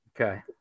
Okay